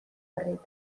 arreta